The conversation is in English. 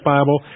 Bible